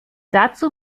dazu